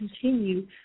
continue